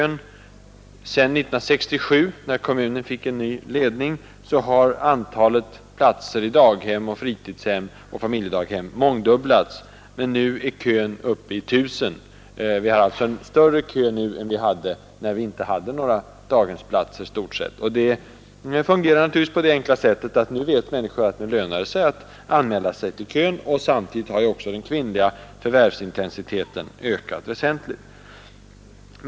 Sedan 1967, när kommunen fick en ny ledning, har antalet platser i daghem, fritidshem och familjedaghem mångdubblats, men nu är kön uppe i 1 000 barn. Det är alltså en större kö än vi hade, när vi i stort sett inte hade några daghemsplatser. Det beror helt enkelt på att människor vet att nu lönar det sig att anmäla sig till kön. Samtidigt har också den kvinnliga förvärvsintensiteten ökat väsentligt.